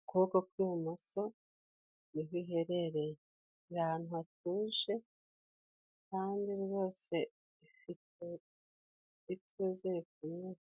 ukuboko kw'ibumoso niho iherereye. Iri ahantu hatuje kandi rwose ifite ituze rikomeye.